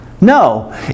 no